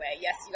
Yes